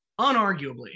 Unarguably